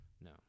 No